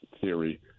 theory